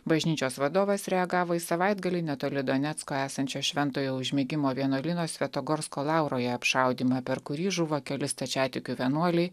bažnyčios vadovas reagavo į savaitgalį netoli donecko esančio šventojo užmigimo vienuolyno svetagorsko lauroje apšaudymą per kurį žuvo keli stačiatikių vienuoliai